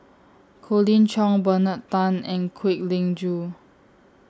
Colin Cheong Bernard Tan and Kwek Leng Joo